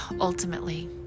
ultimately